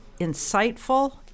insightful